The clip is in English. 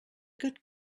good